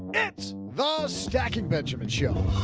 it's the stacking benjamins show!